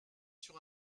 sur